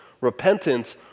Repentance